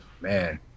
man